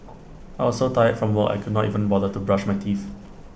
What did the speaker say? I was so tired from work I could not even bother to brush my teeth